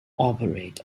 operate